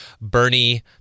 bernie